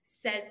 says